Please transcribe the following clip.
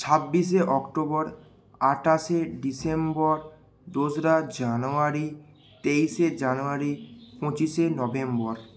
ছাব্বিশে অক্টোবর আটাশে ডিসেম্বর দোসরা জানুয়ারি তেইশে জানুয়ারি পঁচিশে নভেম্বর